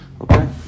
Okay